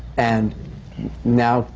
and now,